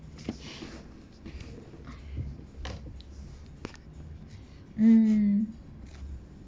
mm